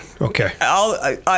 Okay